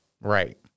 Right